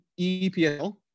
epl